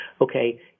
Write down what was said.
okay